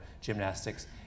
gymnastics